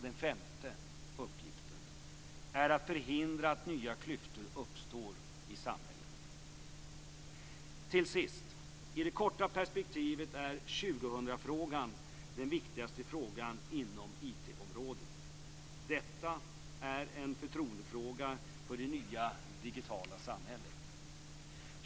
Den femte uppgiften är att förhindra att nya klyftor uppstår i samhället. Till sist: I det korta perspektivet är 2000-frågan den viktigaste frågan inom IT-området. Detta är en förtroendefråga för det nya digitala samhället.